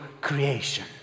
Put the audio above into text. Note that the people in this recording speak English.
creation